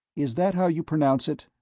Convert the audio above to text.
is that how you pronounce it?